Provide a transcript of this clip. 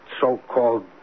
so-called